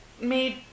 made